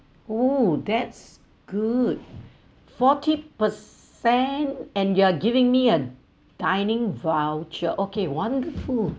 oh that's good forty percent and you're giving me a dining voucher okay wonderful